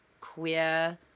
queer